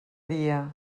dia